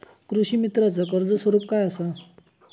कृषीमित्राच कर्ज स्वरूप काय असा?